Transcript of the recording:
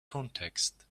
context